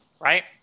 right